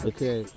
Okay